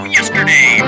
Yesterday